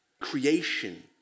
creation